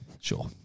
Sure